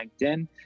LinkedIn